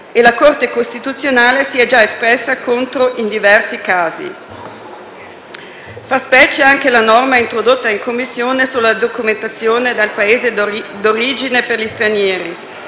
e la Corte Costituzionale si è già espressa contro in diversi casi. Fa specie anche la norma introdotta in Commissione sulla documentazione dal Paese di origine per gli stranieri.